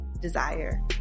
desire